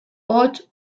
hots